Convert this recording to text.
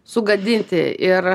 sugadinti ir